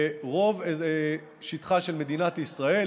ברוב שטחה של מדינת ישראל,